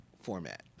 format